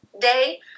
day